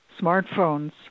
smartphones